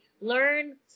learn